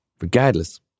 Regardless